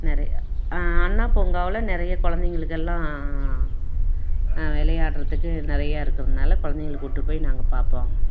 நிறையா அண்ணா பூங்காவில் நிறைய குழந்தைங்களுக்கெல்லாம் விளையாட்றத்துக்கு நிறையா இருக்கிறதுனால குழந்தைங்கள கூட்டுப்போய் நாங்கள் பார்ப்போம்